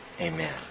Amen